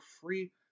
free